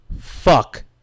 fuck